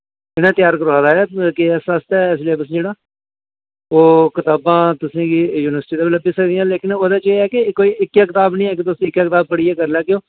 इ'नें त्यार करोआए दा ऐ के ऐस्स आस्तै सलेबस जेह्ड़ा ओह् कताबां तुसें गी यूनिवर्सिटी दा बी लब्भी सकदियां लेकन ओह्दे च एह् ऐ कि कोई इक्कै निं ऐ कि तुस इक्कै कताब पढ़ियै करी लैगे ओ